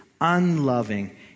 unloving